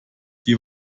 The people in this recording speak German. die